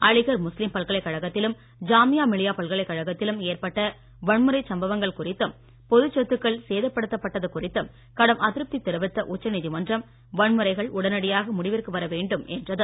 அலிகர் முஸ்லீம் பல்கலைக்கழகத்திலும் ஜாமியா மிலியா பல்கலைக்கழகத்திலும் ஏற்பட்ட வன்முறைச் சம்பவங்கள் குறித்தும் பொதுச் சொத்துக்கள் தெரிவித்த சேதப்படுத்தப்பட்டது கறித்தும் கடும் அதிருப்தி உச்சநீதிமன்றம் வன்முறைகள் உடனடியாக முடிவிற்கு வர வேண்டும் என்றது